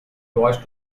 was